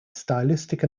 stylistic